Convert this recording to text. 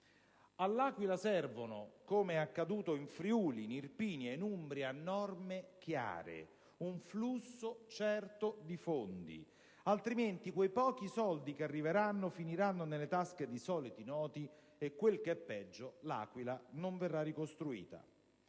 All'Aquila servono (come è accaduto per Friuli, Irpinia e Umbria) norme chiare e flusso certo di fondi; altrimenti, quei pochi soldi che arriveranno finiranno nelle tasche di soliti noti e, quel che è peggio, L'Aquila non sarà ricostruita.